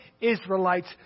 Israelites